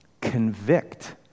convict